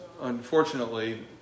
unfortunately